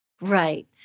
Right